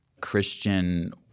Christian